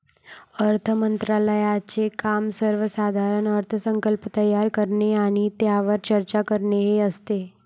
अर्थ मंत्रालयाचे काम सर्वसाधारण अर्थसंकल्प तयार करणे आणि त्यावर चर्चा करणे हे असते